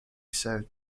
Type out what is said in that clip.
served